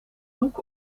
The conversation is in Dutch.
doek